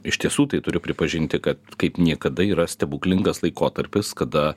iš tiesų tai turiu pripažinti kad kaip niekada yra stebuklingas laikotarpis kada